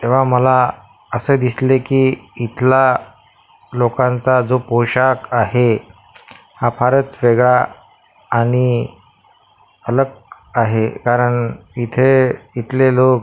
तेव्हा मला असे दिसले की इथला लोकांचा जो पोशाख आहे हा फारच वेगळा आणि अलग आहे कारण इथे इथले लोक